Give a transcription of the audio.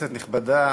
כנסת נכבדה